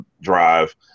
drive